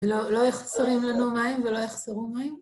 לא, לא היו חסרים לנו מים ולא יחסרו מים?